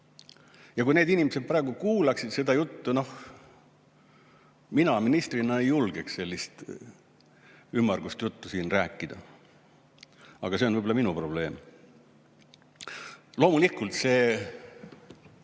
Kui need inimesed praegu kuulaksid seda juttu – noh, mina ministrina ei julgeks sellist ümmargust juttu siin rääkida. Aga see on võib-olla minu probleem. Loomulikult, see